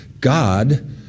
God